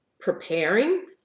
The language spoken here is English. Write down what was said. preparing